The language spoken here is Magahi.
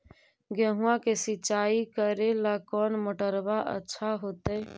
गेहुआ के सिंचाई करेला कौन मोटरबा अच्छा होतई?